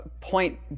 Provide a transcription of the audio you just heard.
point